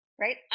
right